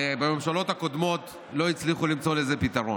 בממשלות הקודמות לא הצליחו למצוא לזה פתרון.